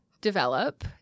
develop